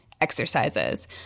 exercises